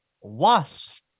wasps